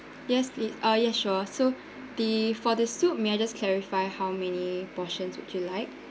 yes please ah ya sure so the for the soup may I just clarify how many portions would you like